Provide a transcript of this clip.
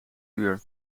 uur